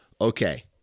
okay